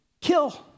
Kill